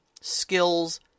skills